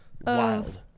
Wild